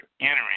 entering